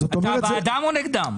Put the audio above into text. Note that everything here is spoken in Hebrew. אתה בעדם או נגדם?